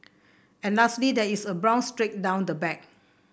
and lastly there is a brown streak down the back